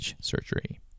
surgery